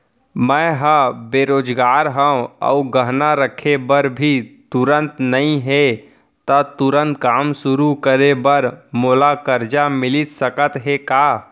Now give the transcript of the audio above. मैं ह बेरोजगार हव अऊ गहना रखे बर भी तुरंत नई हे ता तुरंत काम शुरू करे बर मोला करजा मिलिस सकत हे का?